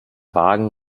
wagen